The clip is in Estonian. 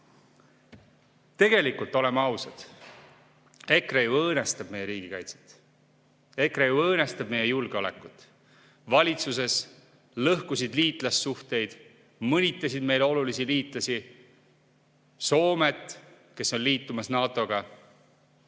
Tegelikult, oleme ausad, EKRE ju õõnestab meie riigikaitset, EKRE ju õõnestab meie julgeolekut. Valitsuses lõhkusid liitlassuhteid, mõnitasid meile olulisi liitlasi, Soomet, kes on liitumas NATO‑ga,